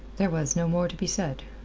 there was no more to be said.